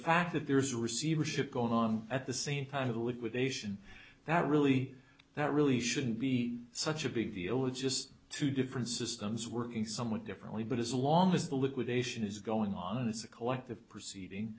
fact that there is receivership going on at the same time liquidation that really that really shouldn't be such a big deal it's just two different systems working somewhat differently but as long as the liquidation is going on it's a collective proceeding